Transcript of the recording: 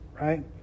right